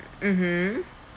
mmhmm